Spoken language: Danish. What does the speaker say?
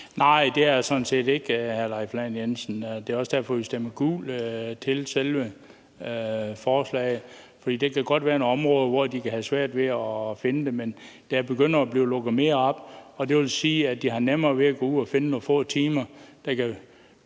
Nej, det er det sådan set ikke, hr. Leif Lahn Jensen, og det er også derfor, vi stemmer gult til selve forslaget. For der kan godt være nogle områder, hvor de kan have svært ved at finde arbejde, men der begynder at blive lukket mere op, og det vil sige, at de har nemmere ved at gå ud og finde nogle få timer, der kan